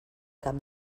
camp